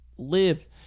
live